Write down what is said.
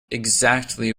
exactly